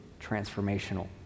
transformational